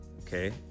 okay